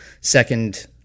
second